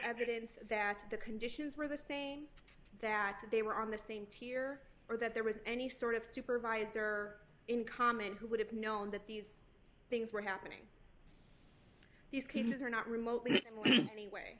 evidence that the conditions were the same that they were on the same tear or that there was any sort of supervisor in common who would have known that these things were happening these cases are not remotely